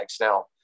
now